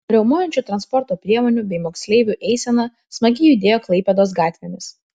riaumojančių transporto priemonių bei moksleivių eisena smagiai judėjo klaipėdos gatvėmis